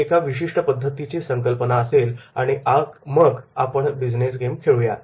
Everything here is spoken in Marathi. ही एका विशिष्ट पद्धतीची संकल्पना असेल आणि मग आपण बिजनेस गेम खेळूया